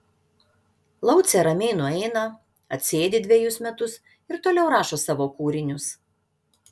laucė ramiai nueina atsėdi dvejus metus ir toliau rašo savo kūrinius